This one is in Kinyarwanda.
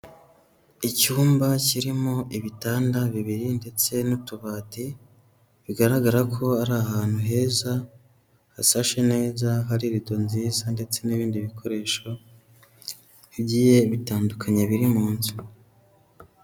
Icyumba kirimo ibitanda bibiri ndetse n'utubati, bigaragara ko ari ahantu heza hasashe neza, hari rido nziza ndetse n'ibindi bikoresho bigiye bitandukanye, biri mu nzu.